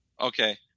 Okay